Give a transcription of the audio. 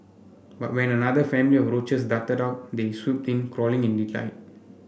but when another family of roaches darted out they swooped in cawing in delight